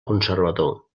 conservador